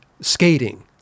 skating